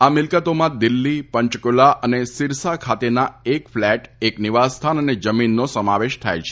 આ મિલ્કતોમાં દિલ્હી પંચકુલ્લા અને સિરસા ખાતેના એક ફલેટ એક નિવાસસ્થાન અને જમીનનો સમાવેશ થાય છે